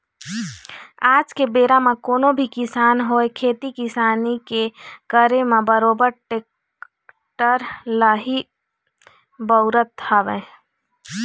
आज के बेरा म कोनो भी किसान होवय खेती किसानी के करे म बरोबर टेक्टर ल ही बउरत हवय